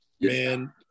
Man